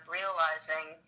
realizing